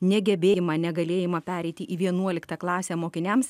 negebėjimą negalėjimą pereiti į vienuoliktą klasę mokiniams